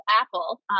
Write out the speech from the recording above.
apple